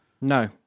no